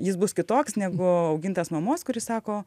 jis bus kitoks negu augintas mamos kuri sako